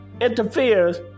interferes